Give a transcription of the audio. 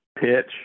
pitch